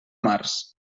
març